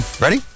Ready